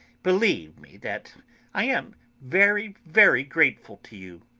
believe me that i am very, very grateful to you!